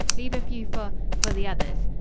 leave a few for for the others.